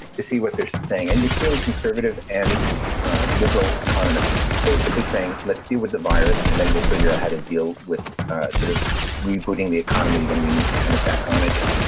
to see what they're saying. and you're seeing conservative and liberal liberal economists basically saying, let's deal with the virus and then we'll figure out how to deal with sort of rebooting the economy when we need to kind of back on again.